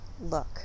look